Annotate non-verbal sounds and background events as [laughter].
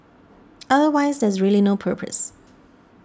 [noise] otherwise there's really no purpose